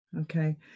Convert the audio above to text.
okay